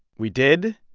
we did.